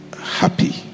happy